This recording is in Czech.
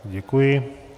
Děkuji.